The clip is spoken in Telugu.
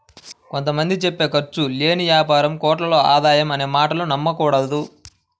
కొంత మంది చెప్పే ఖర్చు లేని యాపారం కోట్లలో ఆదాయం అనే మాటలు నమ్మకూడదు